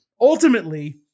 Ultimately